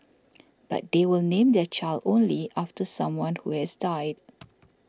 but they will name their child only after someone who has died